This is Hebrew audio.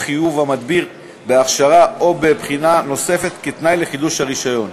או חיוב המדביר בהכשרה או בבחינה נוספת כתנאי לחידוש רישיון,